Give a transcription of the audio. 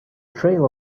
trail